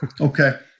Okay